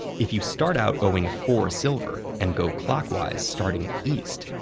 if you start out owing four silver and go clockwise starting east,